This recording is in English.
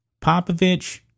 Popovich